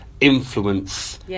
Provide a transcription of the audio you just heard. influence